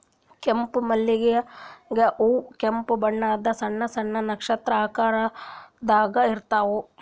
ಕೆಂಪ್ ಮಲ್ಲಿಗ್ ಹೂವಾ ಕೆಂಪ್ ಬಣ್ಣದ್ ಸಣ್ಣ್ ಸಣ್ಣು ನಕ್ಷತ್ರ ಆಕಾರದಾಗ್ ಇರ್ತವ್